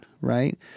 right